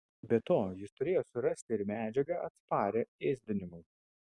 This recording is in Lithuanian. be to jis turėjo surasti ir medžiagą atsparią ėsdinimui